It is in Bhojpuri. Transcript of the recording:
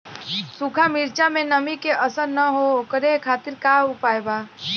सूखा मिर्चा में नमी के असर न हो ओकरे खातीर का उपाय बा?